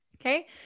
Okay